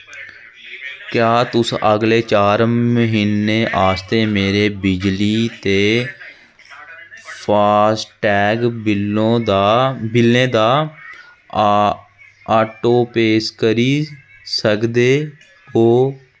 क्या तुस अगले चार म्हीनें आस्तै मेरे बिजली ते फास्टैग बिल्लों दा बिल्लें दा आटोपेस करी सकदे ओ